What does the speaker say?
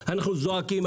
אנחנו זועקים,